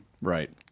Right